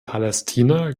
palästina